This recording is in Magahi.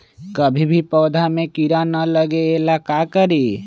कभी भी पौधा में कीरा न लगे ये ला का करी?